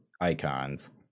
Icons